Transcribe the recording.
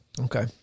Okay